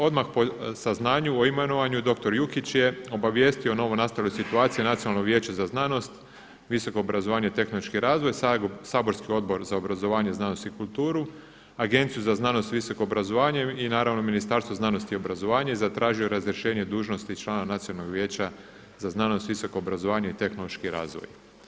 Odmah po saznanju o imenovanju doktor Jukić je obavijestio o novonastaloj situaciji Nacionalno vijeće za znanost, visoko obrazovanje i tehnološki razvoj saborski Odbor za obrazovanje, znanost i kulturu, Agenciju za znanost, visoko obrazovanje i naravno Ministarstvo znanosti i obrazovanja i zatražio razrješenje dužnosti člana Nacionalnog vijeća za znanost, visoko obrazovanje i tehnološki razvoj.